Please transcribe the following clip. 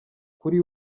kuri